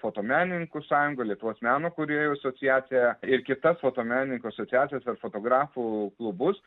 fotomenininkų sąjungą lietuvos meno kūrėjų asociaciją ir kitas fotomenininkų asociacijos ir fotografų klubus